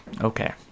okay